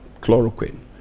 chloroquine